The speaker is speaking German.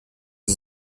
sie